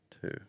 Two